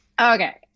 okay